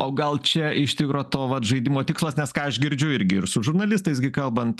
o gal čia iš tikro to vat žaidimo tikslas nes ką aš girdžiu irgi ir su žurnalistais gi kalbant